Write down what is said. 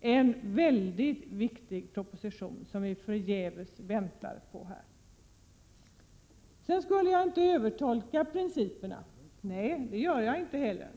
Det är en mycket viktig proposition som vi förgäves väntar på. Jag skulle inte övertolka principerna, sade Lars Gustafsson sedan. Nej, det gör jag inte heller.